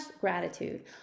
gratitude